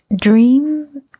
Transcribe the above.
dream